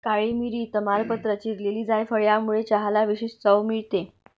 काळी मिरी, तमालपत्र, चिरलेली जायफळ यामुळे चहाला विशेष चव मिळते